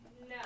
No